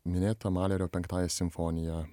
minėta malerio penktąja simfonija